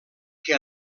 que